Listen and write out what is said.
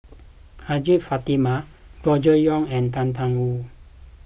Hajjah Fatimah Gregory Yong and Tang Da Wu